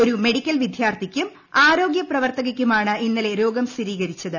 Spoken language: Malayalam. ഒരു മെഡിക്കൽ വിദ്യാർഥിക്കും ആരോഗ്യ പ്രവർത്തകക്കുമാണ് ഇന്നലെ ശ്ലോഗം സ്ഥിരീകരിച്ചത്